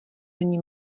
není